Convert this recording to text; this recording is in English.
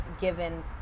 given